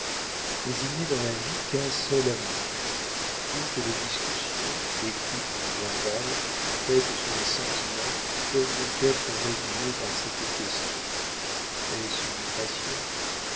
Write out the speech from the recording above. mais il n'est dans la vie qu'un seul amour toutes les discussions écrites ou verbales faites sur les sentiments peuvent donc être résumées par ces deux questions est-ce une passion